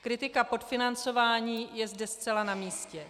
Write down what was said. Kritika podfinancování je zde zcela namístě.